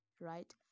right